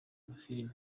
amafilimi